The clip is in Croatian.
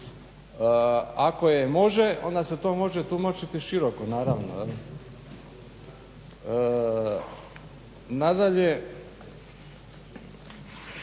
Ako je može onda se to može tumačiti široko naravno. Nadalje,